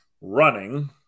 Running